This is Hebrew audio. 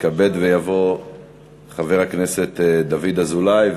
יתכבד ויבוא חבר הכנסת דוד אזולאי.